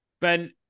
Ben